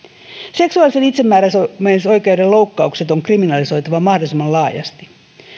seksuaalisen itsemääräämisoikeuden loukkaukset on kriminalisoitava mahdollisimman laajasti